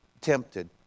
tempted